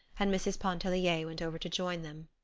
and mrs. pontellier went over to join them.